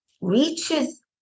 reaches